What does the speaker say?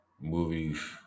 movies